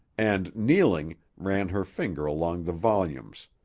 and kneeling, ran her finger along the volumes,